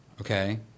okay